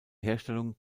herstellung